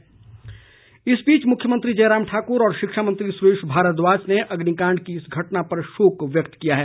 शोक इस बीच मुख्यमंत्री जयराम ठाकुर और शिक्षा मंत्री सुरेश भारद्वाज ने अग्निकांड की इस घटना पर शोक व्यक्त किया है